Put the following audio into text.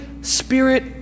Spirit